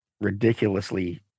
ridiculously